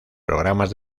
programas